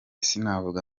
sinavuga